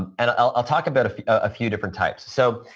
and and i'll talk about a few ah few different types. so,